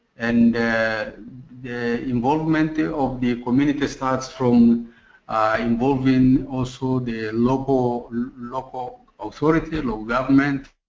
and the involvement of the community starts from involving also the local local authority, local government,